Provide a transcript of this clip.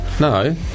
No